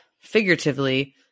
figuratively